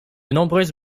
nombreuses